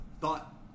thought